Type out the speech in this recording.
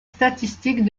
statistiques